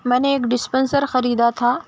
میں نے ایک ڈسپنسر خریدا تھا